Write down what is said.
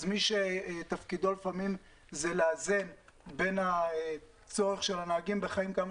אז מי שתפקידו לפעמים זה לאזן בין הצורך של הנהגים בחיים כמה